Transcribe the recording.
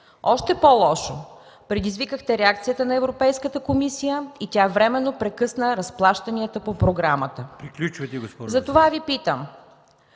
Още по-лошо, предизвикахте реакцията на Европейската комисия и тя временно прекъсна разплащанията по програмата. Затова Ви питам: